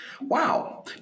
Wow